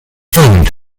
food